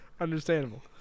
Understandable